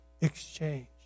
exchange